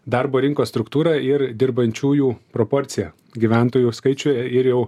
darbo rinkos struktūra ir dirbančiųjų proporcija gyventojų skaičiuje ir jau